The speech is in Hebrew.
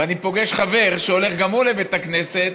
ואני פוגש חבר שהולך גם הוא לבית הכנסת,